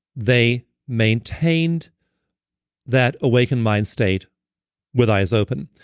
they maintained that awakened mind state with eyes open.